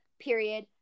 period